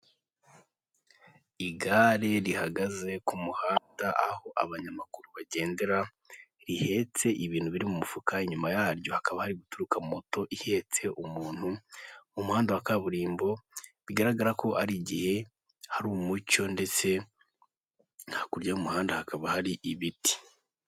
Igare rihagaze ku muhanda aho abanyamaguru bagendera, rihetse ibintu biri mufuka, inyuma yaryo hakaba hari guturuka moto ihetse umuntu mu muhanda wa kaburimbo, bigaragara ko ari igihe hari umucyo ndetse hakurya y'umuhanda hakaba hari ibiti.